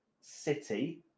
City